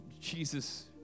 Jesus